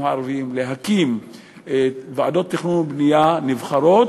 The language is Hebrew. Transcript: הערביים להקים ועדות תכנון ובנייה נבחרות,